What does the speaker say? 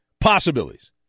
possibilities